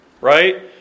right